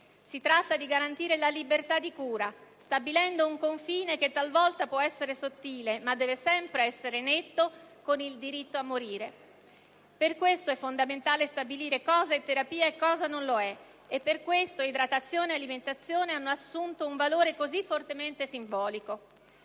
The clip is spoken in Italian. Si tratta di garantire la libertà di cura, stabilendo un confine che talvolta può essere sottile, ma deve sempre essere netto, con il «diritto a morire». Per questo è fondamentale stabilire cosa è terapia e cosa non lo è, e per questo idratazione e alimentazione hanno assunto un valore così fortemente simbolico.